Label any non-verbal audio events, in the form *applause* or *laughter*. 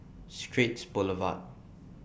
*noise* Straits Boulevard